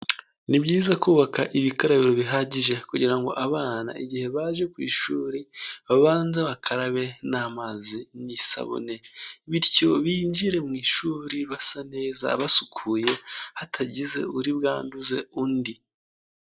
Ni byiza kubaka ibikarabiro bihagije kugira ngo abana igihe baje ku ishuri babanza bakarabe n'amazi n'isabune bityo binjire mu ishuri basa neza basukuye hatagize uri bwanduze undi.